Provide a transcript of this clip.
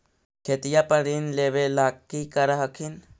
खेतिया पर ऋण लेबे ला की कर हखिन?